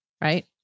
right